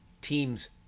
team's